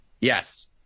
Yes